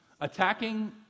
Attacking